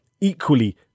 equally